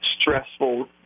stressful